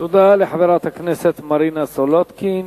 תודה רבה לחברת הכנסת מרינה סולודקין.